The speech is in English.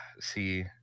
See